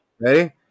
Ready